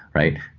right?